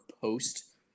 post